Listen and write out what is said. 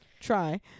try